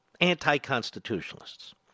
anti-constitutionalists